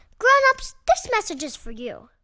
grown-ups, this message is for you